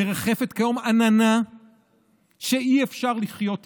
מרחפת כיום עננה שאי-אפשר לחיות איתה,